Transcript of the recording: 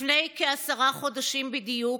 לפני כעשרה חודשים בדיוק,